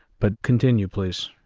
but continue please.